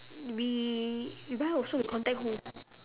we buy also we contact who